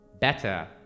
better